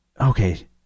Okay